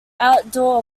outdoor